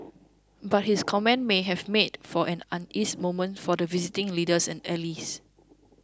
but his comments may have made for an uneasy moment for the visiting leaders and allys